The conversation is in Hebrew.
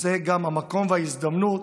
זה גם המקום וההזדמנות